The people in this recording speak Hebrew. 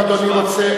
אם אדוני רוצה,